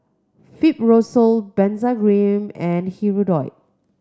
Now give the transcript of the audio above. Fibrosol Benzac Cream and Hirudoid